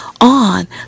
on